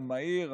המהיר והתמציתי.